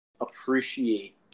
appreciate